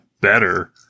better